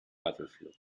battlefield